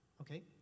Okay